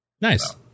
nice